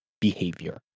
behavior